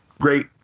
great